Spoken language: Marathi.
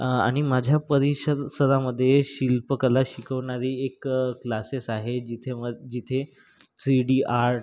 आणि माझ्या परीसरामध्ये शिल्पकला शिकवणारी एक क्लासेस आहे जिथे म जिथे थ्री डी आर्ट